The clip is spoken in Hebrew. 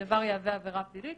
הדבר יהווה עבירה פלילית.